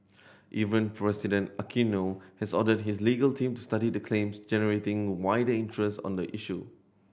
Even President Aquino has ordered his legal team to study the claims generating wider interest on the issue